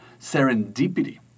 Serendipity